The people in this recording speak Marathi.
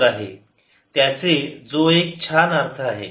त्याचे तो एक छान अर्थ आहे